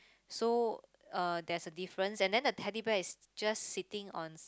so uh there's a difference and then the Teddy Bear is just sitting on